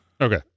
Okay